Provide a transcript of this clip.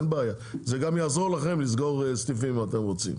זה גם יעזור לכם לסגור סניפים אם אתם רוצים,